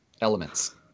elements